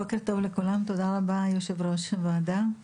בוקר טוב לכולם, תודה רבה ליושב ראש הוועדה.